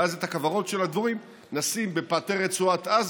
ואז את הכוורות של הדבורים נשים בפאתי רצועת עזה.